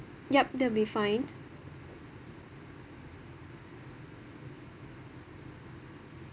yup that'll be fine